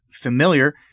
familiar